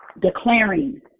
Declaring